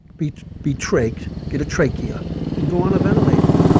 be be trached, get a trachea and go on a ventilator.